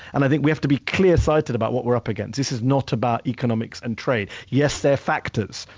and i think we have to be clear sighted about what we're up against. this is not about economics and trade. yes, there are factors,